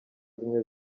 zimwe